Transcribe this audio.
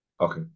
Okay